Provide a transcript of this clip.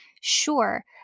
sure